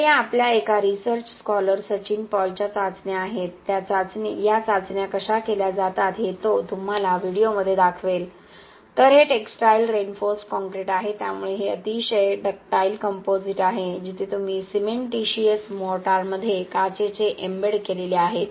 आता या आपल्या एका रिसर्च स्कॉलर सचिन पॉलच्या चाचण्या आहेत या चाचण्या कशा केल्या जातात हे तो तुम्हाला व्हिडिओमध्ये दाखवेल तर हे टेक्सटाइल रिइन्फोर्स्ड कॉंक्रिट आहे त्यामुळे हे अतिशय डक्टाइल कंपोझिट आहे जिथे तुम्ही सिमेंटीशिअस मोर्टारमध्ये काचेचे एम्बेड केलेले आहेत